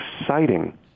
exciting